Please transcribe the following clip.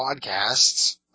podcasts